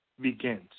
begins